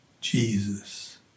Jesus